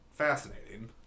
fascinating